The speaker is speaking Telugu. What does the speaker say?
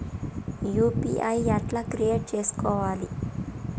యూ.పీ.ఐ ఎట్లా క్రియేట్ చేసుకోవాలి?